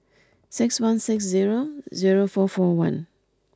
six one six zero zero four four one